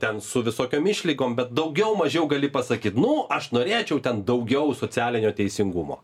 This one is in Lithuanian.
ten su visokiom išlygom bet daugiau mažiau gali pasakyt nu aš norėčiau ten daugiau socialinio teisingumo